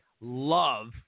love